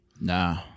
Nah